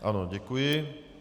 Ano, děkuji.